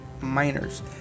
miners